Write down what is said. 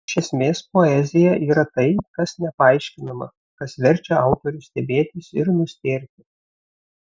iš esmės poezija yra tai kas nepaaiškinama kas verčia autorių stebėtis ir nustėrti